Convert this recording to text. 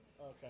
Okay